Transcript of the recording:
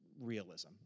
realism